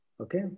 Okay